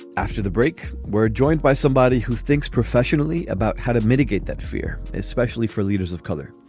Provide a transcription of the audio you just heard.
after the break, we're joined by somebody who thinks professionally about how to mitigate that fear, especially for leaders of color.